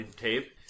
tape